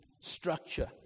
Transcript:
structure